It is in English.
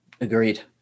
Agreed